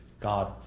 God